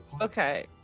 Okay